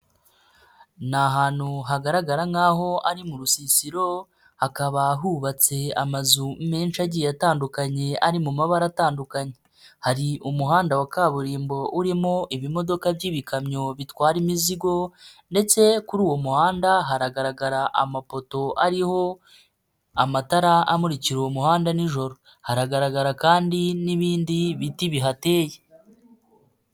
Ni ahantu hagaragara nkaho ari mu rusisiro hakaba hubatse amazu menshi agiye atandukanye ari mu mabara atandukanye, hari umuhanda wa kaburimbo urimo ibimodoka by'ibikamyo bitwara imizigo ndetse kuri uwo muhanda haragaragara amapoto ariho amatara amurikira uwo muhanda nijoro, haragaragara kandi n'ibindi biti bihateye.